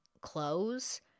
clothes